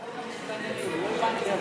חבר הכנסת מוסי רז, בבקשה.